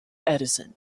edison